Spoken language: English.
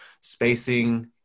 spacing